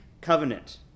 covenant